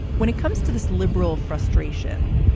when it comes to this liberal frustration,